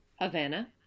Havana